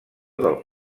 del